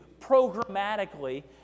programmatically